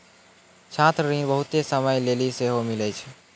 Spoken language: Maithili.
छात्र ऋण बहुते समय लेली सेहो मिलै छै